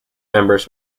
members